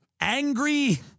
Angry